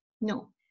No